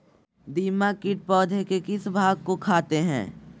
दीमक किट पौधे के किस भाग को खाते हैं?